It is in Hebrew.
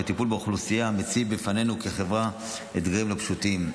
שהטיפול באוכלוסייה מציב בפנינו כחברה אתגרים לא פשוטים.